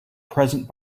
present